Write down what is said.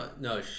no